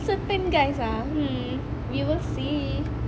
certain guys ah hm we will see